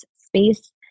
space